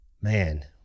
man